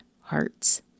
hearts